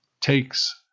takes